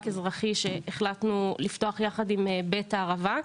אזרחי שהחלטנו לפתוח יחד עם בית הערבה.